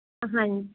ਹਾਂਜੀ